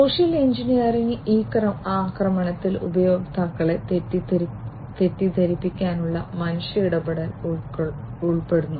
social engineering ഈ ആക്രമണത്തിൽ ഉപയോക്താക്കളെ തെറ്റിദ്ധരിപ്പിക്കാനുള്ള മനുഷ്യ ഇടപെടൽ ഉൾപ്പെടുന്നു